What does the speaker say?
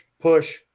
push